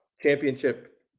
Championship